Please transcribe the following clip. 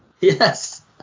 yes